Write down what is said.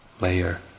layer